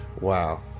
Wow